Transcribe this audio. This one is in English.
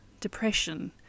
depression